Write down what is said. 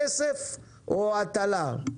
כסף או הטלה?